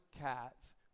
cats